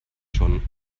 schon